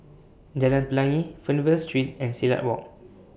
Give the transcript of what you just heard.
Jalan Pelangi Fernvale Street and Silat Walk